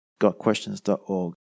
gotquestions.org